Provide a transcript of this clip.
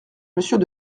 monsieur